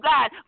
God